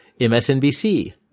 MSNBC